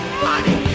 money